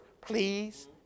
please